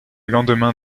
lendemain